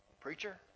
preacher